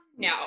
no